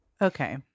Okay